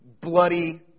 bloody